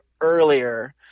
earlier